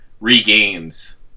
Regains